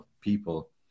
people